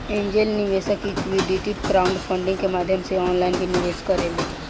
angel निवेशक equity crowdfunding के माध्यम से ऑनलाइन भी निवेश करेले